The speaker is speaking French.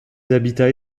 habitats